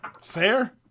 Fair